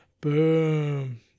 Boom